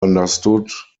understood